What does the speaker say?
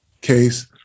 case